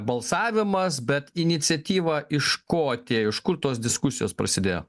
balsavimas bet iniciatyva iš ko atėjo iš kur tos diskusijos prasidėjo